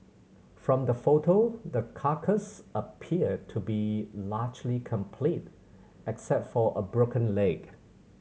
from the photo the carcass appeared to be largely complete except for a broken leg